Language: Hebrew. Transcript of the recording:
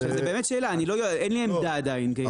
זאת באמת שאלה ואין לי עמדה עדיין.